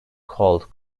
called